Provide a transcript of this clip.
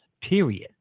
period